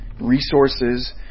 resources